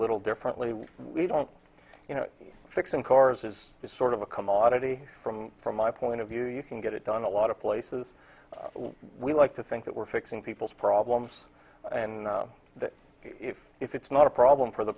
little differently we don't you know he's fixing cars is this sort of a commodity from from my point of view you can get it done a lot of places we like to think that we're fixing people's problems and that if it's not a problem for the